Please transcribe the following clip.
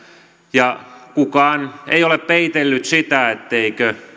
ja kukaan ei ole peitellyt sitä etteikö